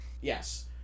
Yes